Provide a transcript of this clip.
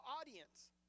audience